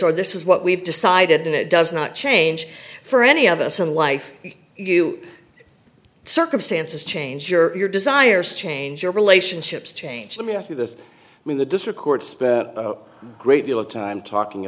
or this is what we've decided and it does not change for any of us in life you circumstances change your desires change your relationships change let me ask you this when the district court spent a great deal of time talking